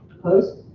opposed?